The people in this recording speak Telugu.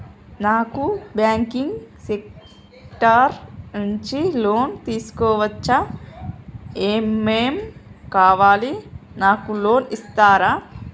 నాకు బ్యాంకింగ్ సెక్టార్ నుంచి లోన్ తీసుకోవచ్చా? ఏమేం కావాలి? నాకు లోన్ ఇస్తారా?